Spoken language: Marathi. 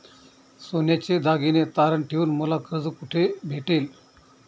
सोन्याचे दागिने तारण ठेवून मला कर्ज कुठे भेटेल?